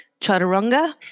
chaturanga